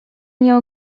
nie